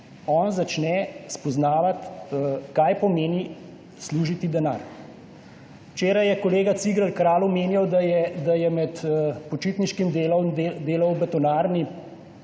on začne spoznavati, kaj pomeni služiti denar. Včeraj je kolega Cigler Kralj omenjal, da je med počitniškim delom delal v betonarni.